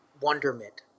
wonderment